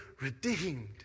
redeemed